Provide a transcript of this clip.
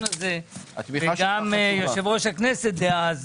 וגם יושב-ראש הכנסת דאז,